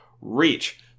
reach